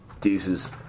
deuces